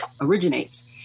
originates